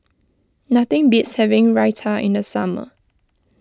nothing beats having Raita in the summer